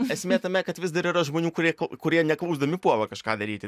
esmė tame kad vis dar yra žmonių kurie kurie neklausdami puola kažką daryti